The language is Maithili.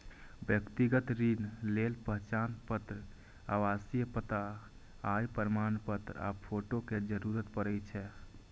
व्यक्तिगत ऋण लेल पहचान पत्र, आवासीय पता, आय प्रमाणपत्र आ फोटो के जरूरत पड़ै छै